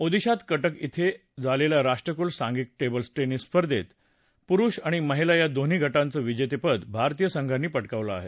ओदिशात कटक इथं झालेल्या राष्ट्रकूल सांघिक टेबल टेनिस अजिंक्यपद स्पर्धेत पुरुष आणि महिला या दोन्ही गटांचं विजेतेपद भारतीय संघांनी पटकावलं आहे